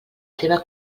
teva